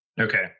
Okay